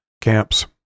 camps